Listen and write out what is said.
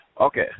Okay